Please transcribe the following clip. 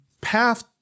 path